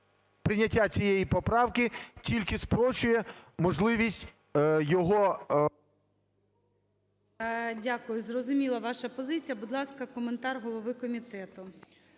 прийняття цієї поправки тільки спрощує можливість його… ГОЛОВУЮЧИЙ. Дякую. Зрозуміла ваша пропозиція. Будь ласка, коментар голови комітету.